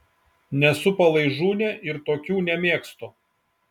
nesu palaižūnė ir tokių nemėgstu